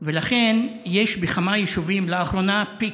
התחילו באיחור, ולכן לאחרונה יש בכמה יישובים פיק,